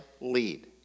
lead